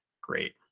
great